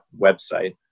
website